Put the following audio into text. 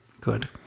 Good